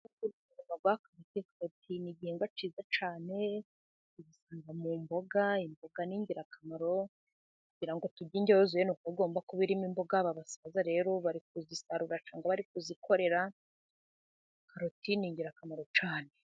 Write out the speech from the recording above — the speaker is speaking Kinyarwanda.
Karoti ni igihingwa cyiza cyane, ugisanga mu mboga, imboga n'ingirakamaro kugira turye indyo yuzuye ni uko igomba kuba irimo imboga. Abasaza rero bari kuzisarura cyangwa bari kuzikorera, karoti ni ingirakamaro cyane.